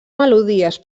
melodies